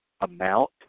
amount